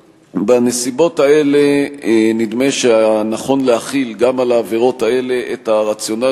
בנסיבות האלה נדמה שנכון להחיל גם על העבירות האלה את הרציונל